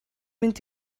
mynd